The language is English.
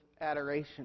adoration